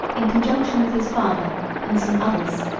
in conjunction with his father and some others,